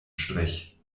strich